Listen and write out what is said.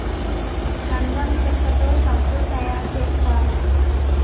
గంధం చెక్కతో సబ్బులు తయారు చేస్తారు